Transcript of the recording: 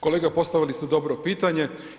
Kolega postavili ste dobro pitanje.